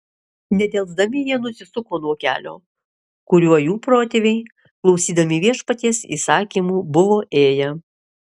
nedelsdami jie nusisuko nuo kelio kuriuo jų protėviai klausydami viešpaties įsakymų buvo ėję